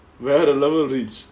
வேற:vera level reach